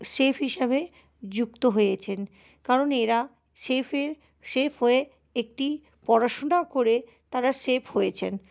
chef হিসাবে যুক্ত হয়েছেন কারণ এরা শেফে শেফ হয়ে একটি পড়াশুনা করে তারা শেফ হয়েছেন